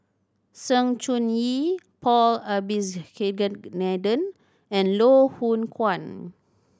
Sng Choon Yee Paul and Loh Hoong Kwan